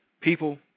People